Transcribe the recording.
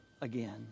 again